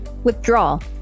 Withdrawal